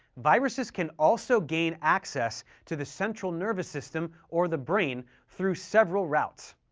viruses can also gain access to the central nervous system or the brain through several routes.